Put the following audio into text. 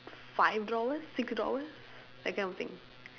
five drawers six drawers that kind of thing